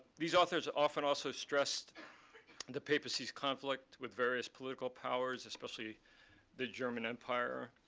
these authors are often also stressed the papacy's conflict with various political powers, especially the german empire.